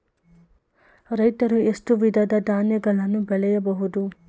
ರೈತರು ಎಷ್ಟು ವಿಧದ ಧಾನ್ಯಗಳನ್ನು ಬೆಳೆಯಬಹುದು?